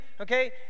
okay